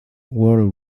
world